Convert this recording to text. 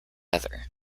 other